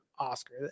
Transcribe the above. oscar